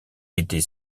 était